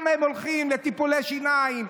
גם הם הולכים לטיפולי שיניים,